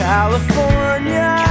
California